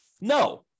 No